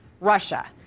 Russia